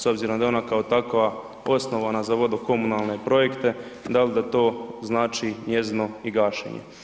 S obzirom da je ona kao takva osnovana za vodokomunalne projekte da li da to znači njezino i gašenje?